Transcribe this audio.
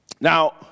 Now